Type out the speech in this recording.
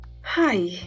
Hi